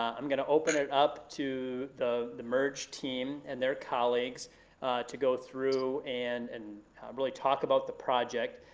i'm gonna open it up to the the merge team and their colleagues to go through and and really talk about the project.